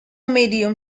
medium